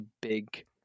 big